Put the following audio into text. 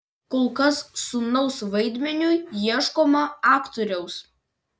kol kas sūnaus vaidmeniui ieškoma aktoriaus